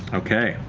okay.